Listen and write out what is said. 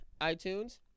iTunes